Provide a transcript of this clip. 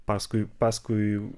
paskui paskui